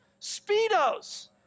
Speedos